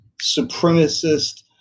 supremacist